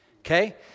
okay